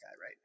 right